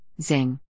Zing